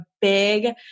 big